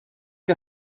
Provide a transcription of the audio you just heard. que